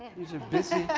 these are busy